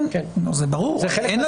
והיא מאוד מדויקת,